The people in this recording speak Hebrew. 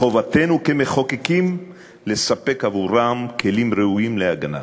מחובתנו כמחוקקים לתת להם כלים ראויים להגנה.